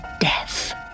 death